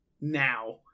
now